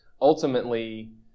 ultimately